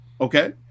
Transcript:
okay